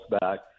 back